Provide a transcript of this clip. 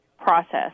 process